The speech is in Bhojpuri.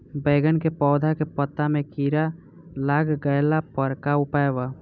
बैगन के पौधा के पत्ता मे कीड़ा लाग गैला पर का उपाय बा?